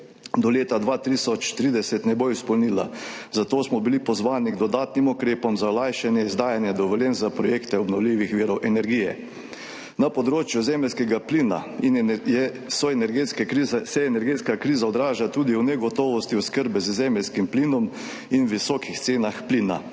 do leta 2030 ne bo izpolnila, zato smo bili pozvani k dodatnim ukrepom za olajšanje izdajanja dovoljenj za projekte obnovljivih virov energije. Na področju zemeljskega plina se energetska kriza odraža tudi v negotovosti oskrbe z zemeljskim plinom in visokih cenah plina.